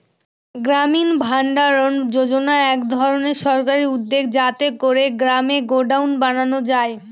গ্রামীণ ভাণ্ডারণ যোজনা এক ধরনের সরকারি উদ্যোগ যাতে করে গ্রামে গডাউন বানানো যায়